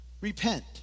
Repent